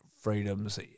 freedoms